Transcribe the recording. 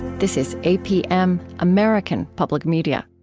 this is apm, american public media